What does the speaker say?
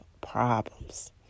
problems